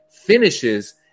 finishes